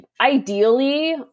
ideally